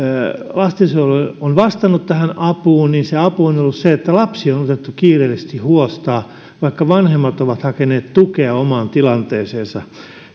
lastensuojelu on vastannut tähän apuun se apu on ollut se että lapsi on otettu kiireellisesti huostaan vaikka vanhemmat ovat hakeneet tukea omaan tilanteeseensa